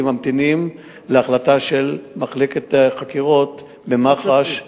כי ממתינים להחלטה של מחלקת החקירות במח"ש,